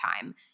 time